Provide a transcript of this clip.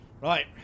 Right